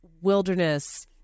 wilderness